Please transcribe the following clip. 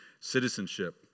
citizenship